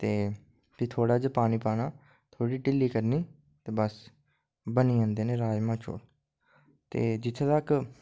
ते फ्ही थोह्ड़ा जेहा पानी पाना थोह्ड़ी डिल्ली करनी ते बस बनी जंदे न राजमाह् चौल ते जित्थै तक